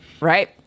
right